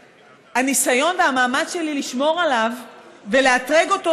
הניסיון והמאמץ שלי לשמור עליו ולאתרג אותו,